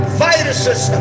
viruses